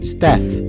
Steph